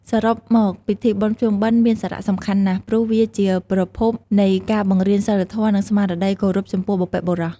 សរុបមកពិធីបុណ្យភ្ជុំបិណ្ឌមានសារៈសំខាន់ណាស់ ព្រោះវាជាប្រភពនៃការបង្រៀនសីលធម៌ និងស្មារតីគោរពចំពោះបុព្វបុរស។